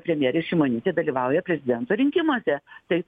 premjerė šimonytė dalyvauja prezidento rinkimuose taip